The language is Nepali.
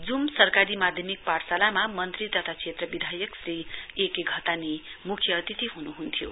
जूम सरकारी माध्यमिक पाठशालामा मन्त्री तथा क्षेत्र विधायक श्री ए के घतानी मुख्य अतिथि ह्नुह्न्थ्यो